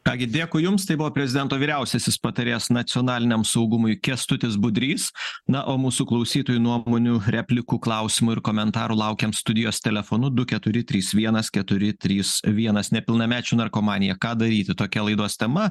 ką gi dėkui jums tai buvo prezidento vyriausiasis patarėjas nacionaliniam saugumui kęstutis budrys na o mūsų klausytojų nuomonių replikų klausimų ir komentarų laukiam studijos telefonu du keturi trys vienas keturi trys vienas nepilnamečių narkomanija ką daryti tokia laidos tema